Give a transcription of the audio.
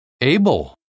Abel